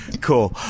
Cool